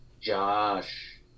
Josh